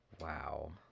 Wow